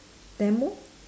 demo